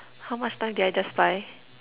how much time did I just buy